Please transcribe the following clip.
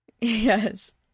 yes